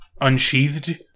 unsheathed